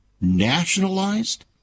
Nationalized